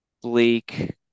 bleak